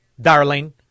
darling